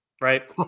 right